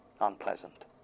unpleasant